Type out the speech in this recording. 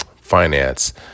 finance